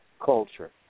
culture